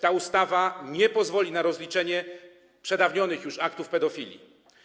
Ta ustawa nie pozwoli na rozliczenie przedawnionych już aktów pedofilii.